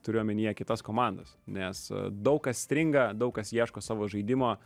turiu omenyje kitas komandas nes daug kas stringa daug kas ieško savo žaidimo